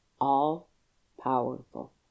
all-powerful